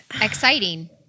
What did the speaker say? exciting